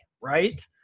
Right